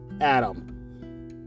Adam